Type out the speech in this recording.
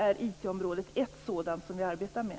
IT området är en sådan bransch, som vi arbetar med.